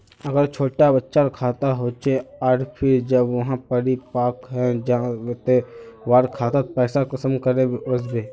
अगर छोटो बच्चार खाता होचे आर फिर जब वहाँ परिपक है जहा ते वहार खातात पैसा कुंसम करे वस्बे?